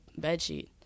bedsheet